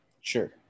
Sure